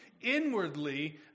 inwardly